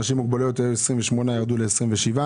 אנשים עם מוגבלויות היו 28 והם ירדו ל-27,